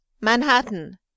Manhattan